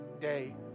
day